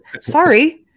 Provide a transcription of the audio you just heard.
sorry